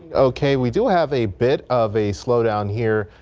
ok we do have a bit of a slowdown here.